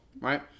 Right